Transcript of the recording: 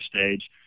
stage